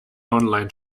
online